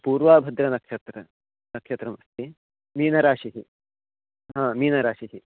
पूर्वाभद्रनक्षत्रं नक्षत्रमस्ति मीनराशिः हा मीनराशिः